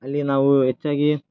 ಅಲ್ಲಿ ನಾವು ಹೆಚ್ಚಾಗಿ